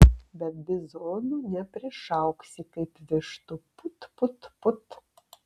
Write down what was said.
bet bizonų neprišauksi kaip vištų put put put